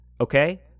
okay